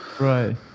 Right